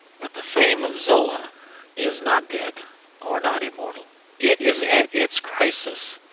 but the fame of zola is not dead or not immortal it is at its crisis,